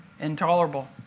intolerable